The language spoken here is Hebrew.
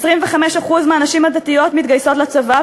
25% מהנשים הדתיות מתגייסות לצבא,